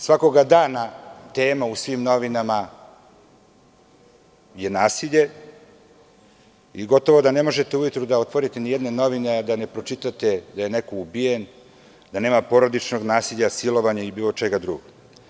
Svakog dana tema u svim novinama je nasilje i gotovo da ne možete ujutru da otvorite nijedne novine, a da ne pročitate da je neko ubijen, da nema porodičnog nasilja, silovanja i bilo čega drugog.